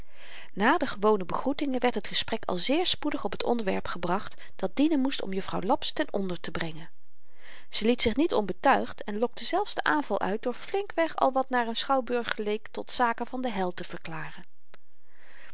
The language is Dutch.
na de gewone begroetingen werd het gesprek al zeer spoedig op t onderwerp gebracht dat dienen moest om juffrouw laps ten onder te brengen ze liet zich niet onbetuigd en lokte zelfs den aanval uit door flinkweg al wat naar n schouwburg geleek tot zaken van de hel te verklaren